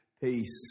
peace